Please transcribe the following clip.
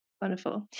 Wonderful